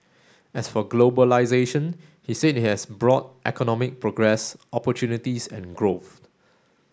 as for globalisation he said it has brought economic progress opportunities and growth